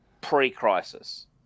pre-crisis